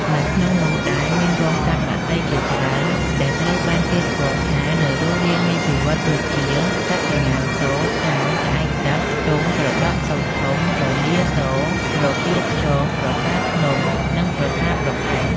នៅក្នុងនោះដែលមានហ្វូងសត្វបក្សីជាច្រើនដែលត្រូវបានគេស្គាល់ថានៅរស់រានមានជីវិតដូចជា សត្វក្ងស ស្មោញ ក្អែកទឹក ទុង ត្រដក់តូចធំ រនាលស ស្រគៀលខ្យង ក្រសារធ្នង់ និងក្រសារប្រផេះ។